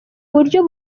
buryo